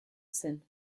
zen